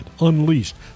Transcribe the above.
Unleashed